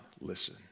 listen